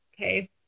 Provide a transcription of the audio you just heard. Okay